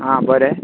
हां बरें